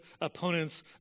opponents